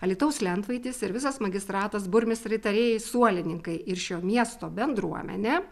alytaus lentvaitis ir visas magistratas burmistrai tarėjai suolininkai ir šio miesto bendruomenė